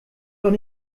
doch